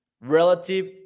relative